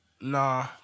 Nah